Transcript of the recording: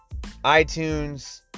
iTunes